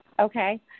Okay